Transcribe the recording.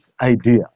idea